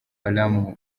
haram